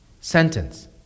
sentence